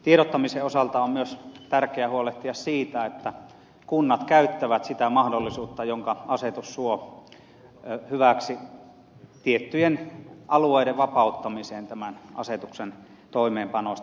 tiedottamisen osalta on myös tärkeää huolehtia siitä että kunnat käyttävät sitä mahdollisuutta hyväksi jonka asetus suo tiettyjen alueiden vapauttamiseen tämän asetuksen toimeenpanosta